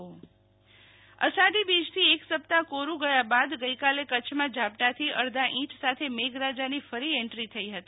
શિતલ વૈશ્નવ વરસાદી ઝાપટાં અષાઢી બીજથી એક સપ્તાહ કોરું ગયા બાદ ગઈકાલે કચ્છમાં ઝાપટાથી અડધા ઈંચ સાથે મેઘરાજાની ફરી એન્ટ્રી થઈ હતી